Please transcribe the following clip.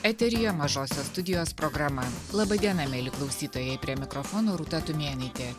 eteryje mažosios studijos programa laba diena mieli klausytojai prie mikrofono rūta tumėnaitė